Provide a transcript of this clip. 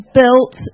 built